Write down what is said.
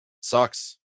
Sucks